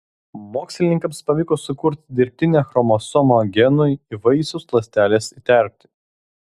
mokslininkams pavyko sukurti dirbtinę chromosomą genui į vaisiaus ląsteles įterpti